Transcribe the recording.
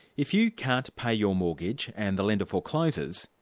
if you can't pay your mortgage and the lender forecloses,